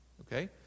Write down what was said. Okay